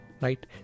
right